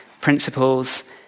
principles